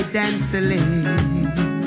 dancing